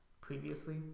previously